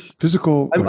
Physical